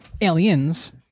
Aliens